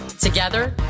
Together